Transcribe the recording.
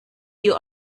you